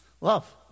Love